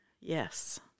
Yes